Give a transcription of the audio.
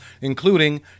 including